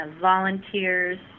volunteers